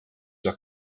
are